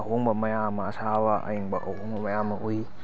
ꯑꯍꯣꯡꯕ ꯃꯌꯥꯝ ꯑꯃ ꯑꯁꯥꯕ ꯑꯌꯤꯡꯕ ꯑꯍꯣꯡꯕ ꯃꯌꯥꯝ ꯑꯃ ꯎꯏ